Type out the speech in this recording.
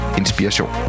inspiration